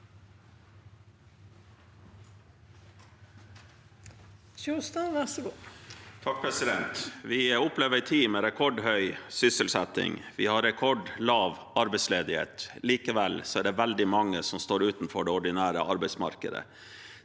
(A) Vi opplever en tid med rekordhøy sysselsetting. Vi har rekordlav arbeidsledighet. Likevel er det veldig mange som står utenfor det ordinære arbeidsmarkedet.